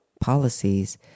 policies